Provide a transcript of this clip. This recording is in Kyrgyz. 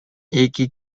эки